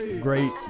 great